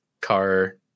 car